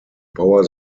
power